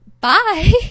bye